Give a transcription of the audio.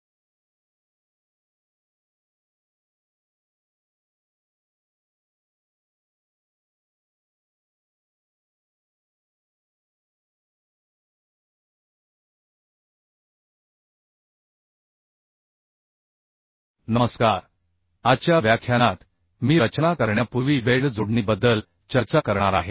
नमस्कार आजच्या व्याख्यानात मी रचना करण्यापूर्वी वेल्ड जोडणीबद्दल चर्चा करणार आहे